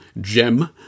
gem